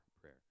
prayer